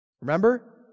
Remember